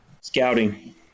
Scouting